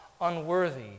unworthy